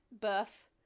birth